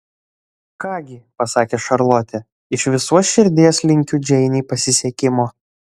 ką gi pasakė šarlotė iš visos širdies linkiu džeinei pasisekimo